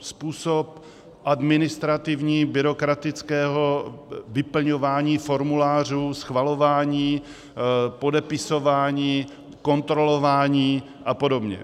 Způsob administrativní byrokratického vyplňování formulářů, schvalování, podepisování, kontrolování a podobně.